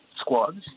squads